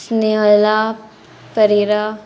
Snehala Pereira